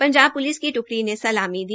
Punjab police का ट्कड़ी ने सलामी दी